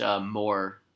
more